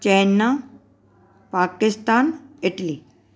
China Pakistan Italy